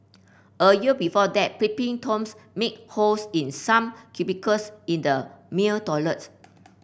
a year before that peeping Toms made holes in some cubicles in the male toilets